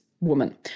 woman